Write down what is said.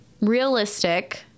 Realistic